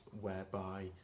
whereby